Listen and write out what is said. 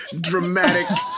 Dramatic